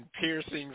piercings